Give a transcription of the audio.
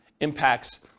impacts